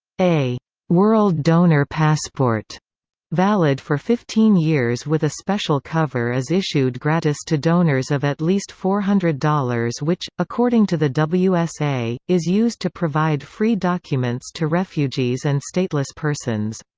a world donor passport valid for fifteen years with a special cover is issued gratis to donors of at least four hundred dollars which, according to the wsa, is used to provide free documents to refugees and stateless persons.